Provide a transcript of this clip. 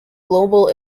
global